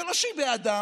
זה לא שהיא בעדם,